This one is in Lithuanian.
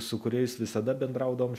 su kuriais visada bendraudavau